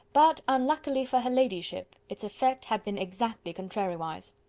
but, unluckily for her ladyship, its effect had been exactly contrariwise.